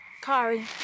Kari